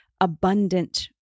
abundant